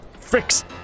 Fix